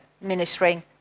ministering